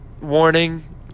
warning